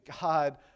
God